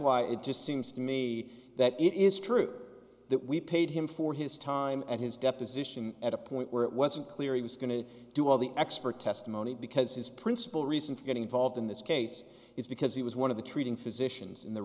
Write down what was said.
why it just seems to me that it is true that we paid him for his time at his deposition at a point where it wasn't clear he was going to do all the expert testimony because his principal reason for getting involved in this case is because he was one of the treating physicians in the